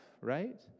right